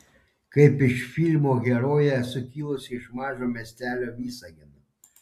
kaip ir filmo herojė esu kilusi iš mažo miestelio visagino